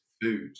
food